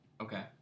Okay